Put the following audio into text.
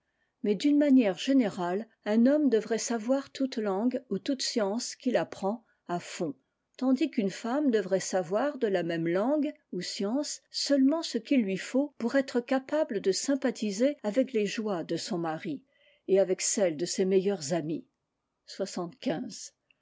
mais d'une manière générale un homme devrait savoir toute langue ou toute science qu'il apprend àfond tandis qu'une femme devrait savoir de la même langue ou science seulement ce qu'il lui faut pour être capable de sympathiser avec lesjoies de son mari et avec celles de ses meilleurs amis